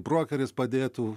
brokeris padėtų